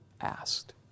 asked